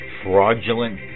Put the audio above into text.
fraudulent